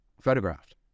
photographed